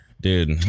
dude